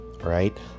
right